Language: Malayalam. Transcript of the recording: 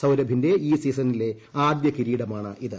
സൌരഭിന്റെ ഈ സീസണിലെ ആദ്യ കിരീടമാണിത്